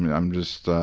and i'm just